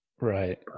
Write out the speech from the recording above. right